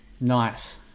Nice